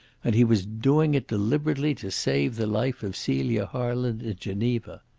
and he was doing it deliberately to save the life of celia harland in geneva.